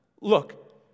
Look